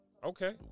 Okay